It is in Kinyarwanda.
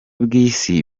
bw’isi